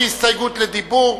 שהיא הסתייגות לדיבור,